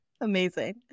amazing